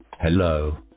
hello